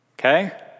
Okay